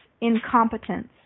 incompetence